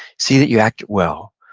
see that you act it well,